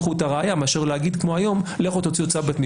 קחו את הראיה מאשר לומר כמו היום: לכו ותוציאו צו בית משפט.